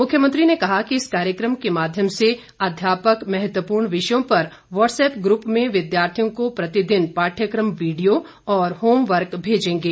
मुख्यमंत्री ने कहा कि इस कार्यक्रम के माध्यम से अध्यापक महत्वपूर्ण विषयों पर वाट्सएप ग्रुप में विद्यार्थियों को प्रतिदिन पाठ्यक्रम वीडियो और होमवर्क भेंजेगे